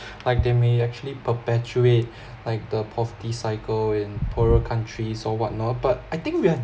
like they may actually perpetuate like the poverty cycle in poorer countries or what not but I think we are